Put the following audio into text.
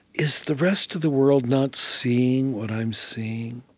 is the rest of the world not seeing what i'm seeing?